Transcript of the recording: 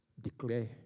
declare